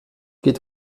geht